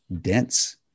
dense